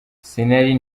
sinari